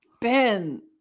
Ben